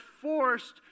forced